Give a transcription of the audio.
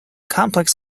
complex